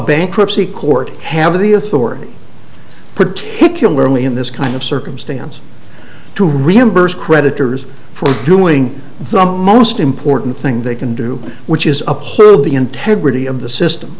bankruptcy court have the authority particularly in this kind of circumstance to reimburse creditors for doing the most important thing they can do which is uphold the integrity of the system